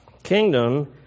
Kingdom